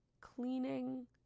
cleaning